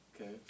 Okay